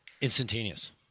instantaneous